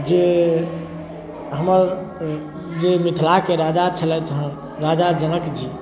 जे हमर जे मिथिलाके राजा छलथि हँ राजा जनक जी